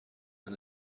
and